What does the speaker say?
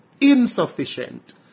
insufficient